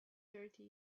thirty